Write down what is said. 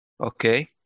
okay